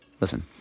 Listen